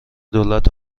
دولت